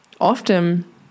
Often